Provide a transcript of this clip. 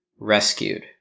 rescued